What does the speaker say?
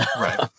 Right